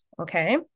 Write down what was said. Okay